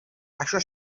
això